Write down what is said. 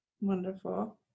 Wonderful